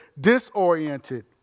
disoriented